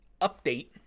update